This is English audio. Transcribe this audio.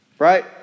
Right